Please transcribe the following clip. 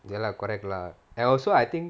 ya lah correct lah and also I think